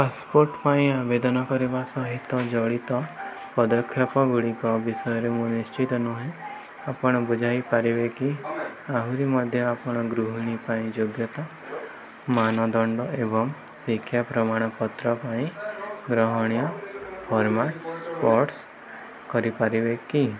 passport ପାଇଁ ଆବେଦନ କରିବା ସହିତ ଜଡ଼ିତ ପଦକ୍ଷେପଗୁଡ଼ିକ ବିଷୟରେ ମୁଁ ନିଶ୍ଚିତ ନୁହେଁ ଆପଣ ବୁଝାଇ ପାରିବେ କି ଆହୁରି ମଧ୍ୟ ଆପଣ ଗୃହିଣୀ ପାଇଁ ଯୋଗ୍ୟତା ମାନଦଣ୍ଡ ଏବଂ ଶିକ୍ଷା ପ୍ରମାଣପତ୍ର ପାଇଁ ଗ୍ରହଣୀୟ ଫର୍ମାଟ୍ ସ୍ପଟ୍ସ କରି ପାରିବେ କି